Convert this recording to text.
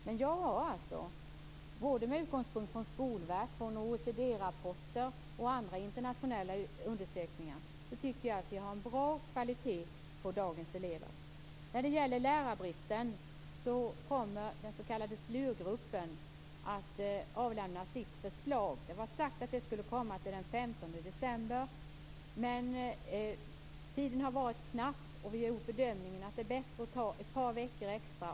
Med utgångspunkt i Skolverket, i OECD rapporter och i internationella undersökningar tycker jag att vi har en bra kvalitet på dagens elever. När det gäller lärarbristen var det sagt att den s.k. 15 december, men tiden har varit knapp, och vi har gjort den bedömningen att det är bättre att ta i anspråk ett par veckor extra.